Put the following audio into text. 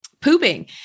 pooping